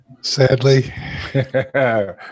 Sadly